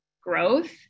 growth